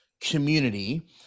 community